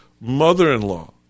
mother-in-law